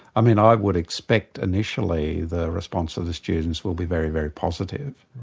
i mean i would expect initially the response of the students will be very, very positive,